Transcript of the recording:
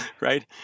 right